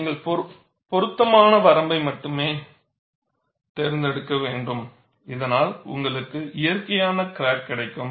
நீங்கள் பொருத்தமான வரம்பை மட்டுமே தேர்ந்தெடுக்க வேண்டும் இதனால் உங்களுக்கு இயற்கையான கிராக் கிடைக்கும்